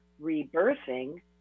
rebirthing